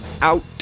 out